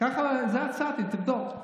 את זה הצעתי, תבדוק.